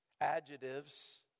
adjectives